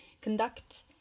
conduct